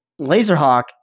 Laserhawk